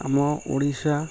ଆମ ଓଡ଼ିଶା